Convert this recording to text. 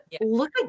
look